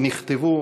נכתבו,